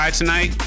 tonight